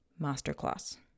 masterclass